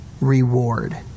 reward